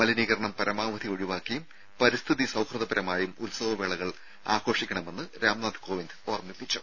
മലിനീകരണം പരമാവധി ഒഴിവാക്കിയും പരിസ്ഥിതി സൌഹൃദപരമായും ഉത്സവവേള ആഘോഷിക്കണമെന്നും രാംനാഥ് കോവിന്ദ് ഓർമ്മിപ്പിച്ചു